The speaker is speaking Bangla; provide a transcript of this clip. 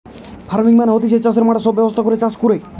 ফার্মিং মানে হতিছে চাষের মাঠে সব ব্যবস্থা করে চাষ কোরে